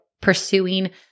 pursuing